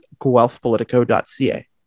GuelphPolitico.ca